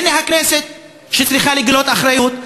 הנה הכנסת שצריכה לגלות אחריות.